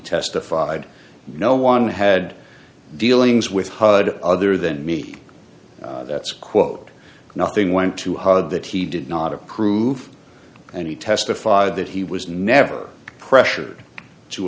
testified no one had dealings with hud other than me that's a quote nothing went too hard that he did not approve and he testified that he was never pressured to